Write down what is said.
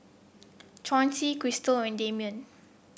Chauncey Krystal and Damian